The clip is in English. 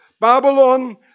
Babylon